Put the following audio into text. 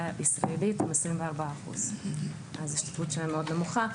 הישראלית הוא 24%. ההשתתפות שלהם נמוכה מאוד,